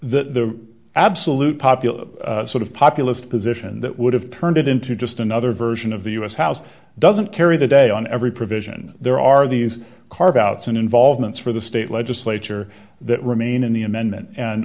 the absolute popular sort of populist position that would have turned it into just another version of the u s house doesn't carry the day on every provision there are these carve outs in involvements for the state legislature that remain in the amendment and